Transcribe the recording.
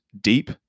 deep